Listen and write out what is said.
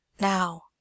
Now